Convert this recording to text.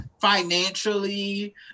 financially